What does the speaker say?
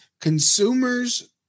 consumers